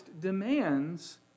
demands